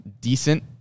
decent